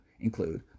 include